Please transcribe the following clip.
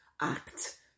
act